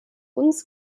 uns